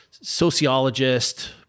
sociologist